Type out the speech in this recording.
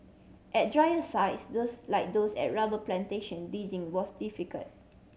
at drier sites those like those at rubber plantation digging was difficult